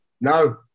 No